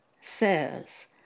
says